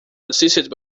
assisted